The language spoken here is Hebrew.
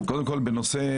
קודם כול בנושא.